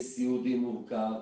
סיעודי מורכב,